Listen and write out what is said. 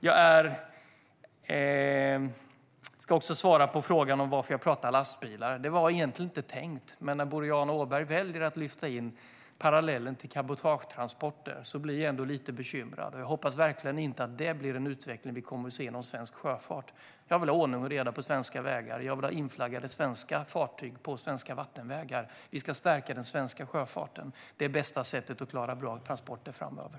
Jag ska också svara på varför jag talar om lastbilar. Det var egentligen inte tänkt så, men när Boriana Åberg väljer att lyfta in parallellen till cabotagetransporter blir jag lite bekymrad. Jag hoppas verkligen inte att vi kommer att se en sådan utveckling inom svensk sjöfart. Jag vill ha ordning och reda på svenska vägar. Jag vill ha inflaggade svenska fartyg på svenska vattenvägar. Vi ska stärka den svenska sjöfarten. Det är det bästa sättet att klara bra transporter framöver.